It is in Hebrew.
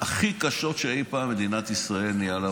הכי קשות שאי פעם ניהלה מדינת ישראל.